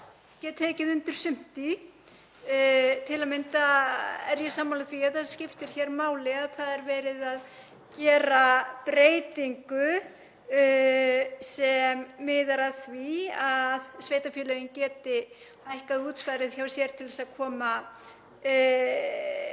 ég get tekið undir sumt í, til að mynda er ég sammála því að það skiptir máli að verið er að gera breytingu sem miðar að því að sveitarfélögin geti hækkað útsvarið hjá sér til að koma betur